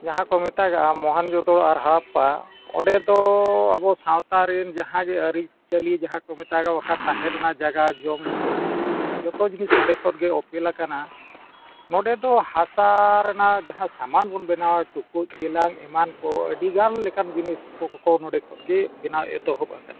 ᱡᱟᱦᱟᱸ ᱠᱚ ᱢᱮᱛᱟᱜᱟᱜᱼᱟ ᱢᱚᱦᱮᱱᱡᱳ ᱫᱟᱲᱳ ᱟᱨ ᱦᱚᱨᱚᱯᱯᱟ ᱚᱸᱰᱮ ᱫᱚ ᱟᱵᱚ ᱥᱟᱶᱛᱟ ᱨᱮᱱ ᱡᱟᱦᱟᱸ ᱜᱮ ᱟᱹᱨᱤᱪᱟᱹᱞᱤ ᱡᱟᱦᱟᱸ ᱠᱚ ᱢᱮᱛᱟᱜᱟᱜᱼᱟ ᱵᱟᱠᱷᱟᱱ ᱛᱟᱦᱮᱸ ᱨᱮᱱᱟᱜ ᱡᱟᱭᱜᱟ ᱡᱚᱢ ᱧᱩ ᱡᱷᱚᱛᱚ ᱡᱤᱱᱤᱥ ᱚᱸᱰᱮ ᱠᱷᱚᱱᱜᱮ ᱚᱯᱮᱞ ᱟᱠᱟᱱᱟ ᱱᱚᱰᱮ ᱫᱚ ᱦᱟᱥᱟ ᱨᱮᱱᱟᱜ ᱡᱟᱦᱟᱸ ᱥᱟᱢᱟᱱ ᱵᱚᱱ ᱵᱮᱱᱟᱣᱟ ᱴᱩᱠᱩᱡ ᱪᱮᱞᱟᱝ ᱮᱢᱟᱱ ᱠᱚ ᱟᱹᱰᱤ ᱜᱟᱱ ᱞᱮᱠᱟᱱ ᱡᱤᱱᱤᱥ ᱠᱚ ᱠᱚ ᱱᱚᱰᱮ ᱠᱷᱚᱱᱜᱮ ᱵᱮᱱᱟᱣ ᱮᱛᱚᱦᱚᱵ ᱟᱠᱟᱱᱟ